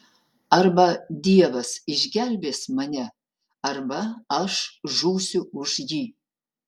arba dievas išgelbės mane arba aš žūsiu už jį